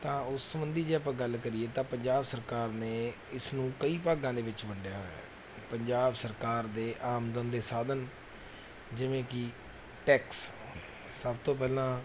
ਤਾਂ ਉਸ ਸਬੰਧੀ ਜੇ ਆਪਾਂ ਗੱਲ ਕਰੀਏ ਤਾਂ ਪੰਜਾਬ ਸਰਕਾਰ ਨੇ ਇਸ ਨੂੰ ਕਈ ਭਾਗਾਂ ਦੇ ਵਿੱਚ ਵੰਡਿਆ ਹੋਇਆ ਹੈ ਪੰਜਾਬ ਸਰਕਾਰ ਦੇ ਆਮਦਨ ਦੇ ਸਾਧਨ ਜਿਵੇਂ ਕਿ ਟੈਕਸ ਸਭ ਤੋਂ ਪਹਿਲਾਂ